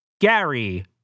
Gary